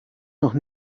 noch